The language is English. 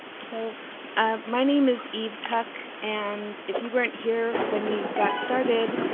so um my name is eve tuck, and if you weren't here when we got started,